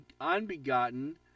unbegotten